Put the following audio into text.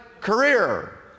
career